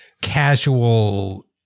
casual